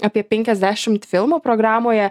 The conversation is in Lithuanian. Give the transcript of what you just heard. apie penkiasdešimt filmų programoje